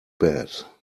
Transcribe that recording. bad